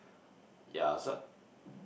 yeah so